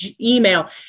email